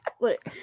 look